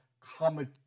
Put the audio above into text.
comic